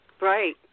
Right